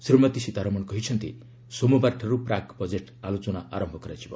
ଶ୍ରୀମତୀ ସୀତାରମଣ କହିଛନ୍ତି ସୋମବାରଠାରୁ ପ୍ରାକ୍ ବଜେଟ୍ ଆଲୋଚନା ଆରମ୍ଭ କରାଯିବ